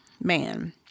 man